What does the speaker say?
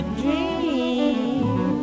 dream